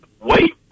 Wait